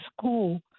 school